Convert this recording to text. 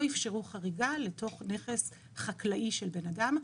אפשרו חריגה לתוך נכס חקלאי של בן אדם.